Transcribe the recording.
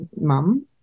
mum